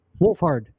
Wolfhard